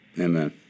Amen